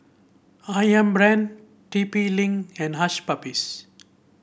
ayam Brand T P Link and Hush Puppies